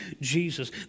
Jesus